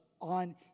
on